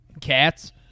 cats